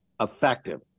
effective